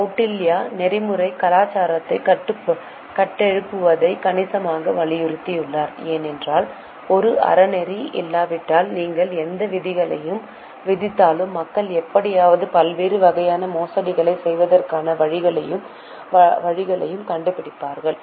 கௌடில்யா நெறிமுறை கலாச்சாரத்தை கட்டியெழுப்புவதை கணிசமாக வலியுறுத்தினார் ஏனென்றால் ஒரு அறநெறி இல்லாவிட்டால் நீங்கள் எந்த விதிகளை விதித்தாலும் மக்கள் எப்படியாவது பல்வேறு வகையான மோசடிகளை செய்வதற்கான வழிகளையும் கண்டுபிடிப்பார்கள்